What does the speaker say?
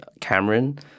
Cameron